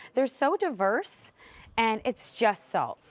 they're so diverse and it's just salt.